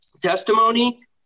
testimony